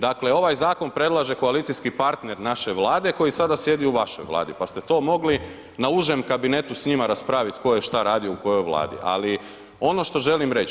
Dakle, ovaj zakon predlaže koalicijski partner naše vlade koji sada sjedi u vašoj vladi, pa ste to mogli na užem kabinetu s njima raspravit tko je šta radio u kojoj vladi, ali ono što želim reći.